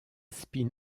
spin